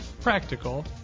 practical